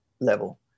level